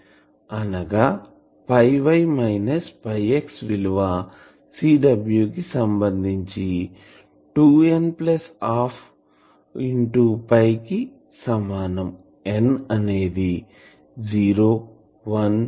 అనగా y minus x విలువ CW కి సంబందించి 2 n 1 2 కి సమానం n అనేది 012